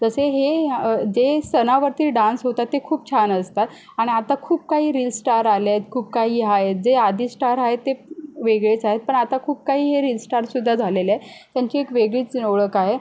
जसे हे जे सणावरती डान्स होतात ते खूप छान असतात आणि आता खूप काही रिलस्टार आलेत खूप काही आहेत जे आधी स्टार आहेत ते वेगळेच आहेत पण आता खूप काही हे रिल्स स्टारसुद्धा झालेले आहे त्यांची एक वेगळीच ओळख आहे